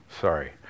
Sorry